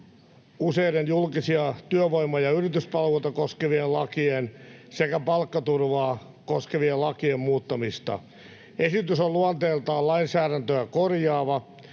useiden julkisia työvoima- ja yrityspalveluita koskevien lakien sekä palkkaturvaa koskevien lakien muuttamista. Esitys on luonteeltaan lainsäädäntöä korjaava.